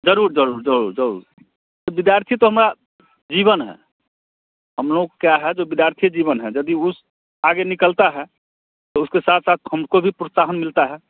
जरूर जरूर जरूर जरूर तो विद्यार्थी तो हमारा जीवन है हम लोग क्या है जो विद्यार्थी जीवन है यदि उस आगे निकलता है तो उसके साथ साथ हमको भी प्रोत्साहन मिलता है